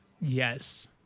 Yes